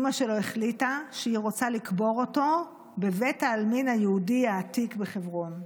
אימא שלו החליטה שהיא רוצה לקבור אותו בבית העלמין היהודי העתיק בחברון.